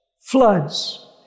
Floods